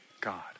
God